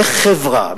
איך חברה,